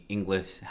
English